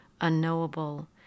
unknowable